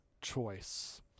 choice